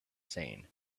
seen